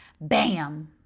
Bam